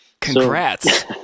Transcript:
Congrats